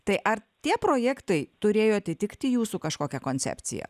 tai ar tie projektai turėjo atitikti jūsų kažkokią koncepciją